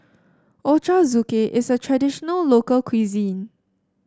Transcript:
Ochazuke is a traditional local cuisine